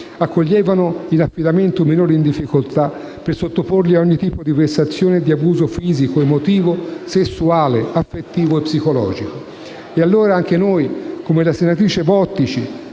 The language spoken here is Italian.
accoglievano in affidamento minori in difficoltà per sottoporli a ogni tipo di vessazione e di abuso fisico, emotivo, sessuale, affettivo e psicologico. E allora: anche noi, come la senatrice Bottici